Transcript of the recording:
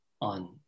on